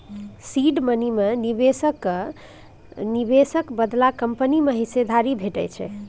seed money मे निबेशक केर निबेश बदला कंपनी मे हिस्सेदारी भेटै छै